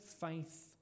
faith